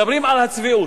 מדברים על הצביעות.